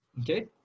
Okay